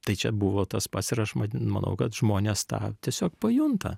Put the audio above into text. tai čia buvo tas pats ir aš man manau kad žmonės tą tiesiog pajunta